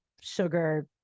sugar